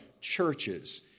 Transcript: churches